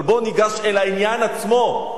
אבל בואו ניגש לעניין עצמו.